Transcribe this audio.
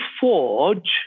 forge